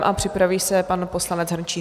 A připraví se pan poslanec Hrnčíř.